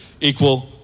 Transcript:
equal